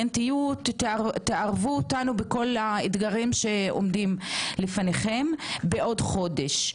תערבו אותנו בכל האתגרים שעומדים בפניכם - בעוד חודש.